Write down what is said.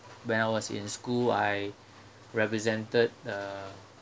when I was in school I represented a